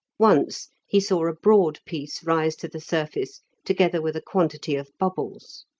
once he saw a broad piece rise to the surface together with a quantity of bubbles.